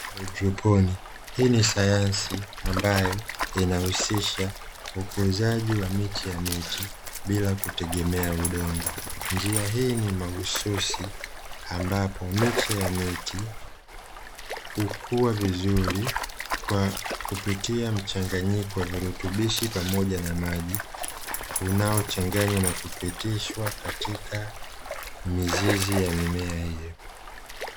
Haidroponi hii ni sayansi ambayo inahusisha ukuzaji wa miche ya miti bila kutegemea udongo njia hii ni mahususi ambapo miche ya miti ukua vizuri kwa kupitia mchanganyiko wa virutubishi pamoja na maji unaochanganywa na kupitishwa katika mizizi ya mimea hiyo.